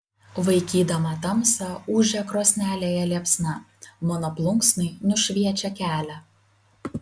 vaikydama tamsą ūžia krosnelėje liepsna mano plunksnai nušviečia kelią